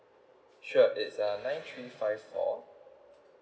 sure it's uh nine three five four